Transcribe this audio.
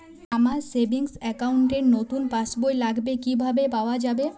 আমার savings account র নতুন পাসবই লাগবে কিভাবে পাওয়া যাবে?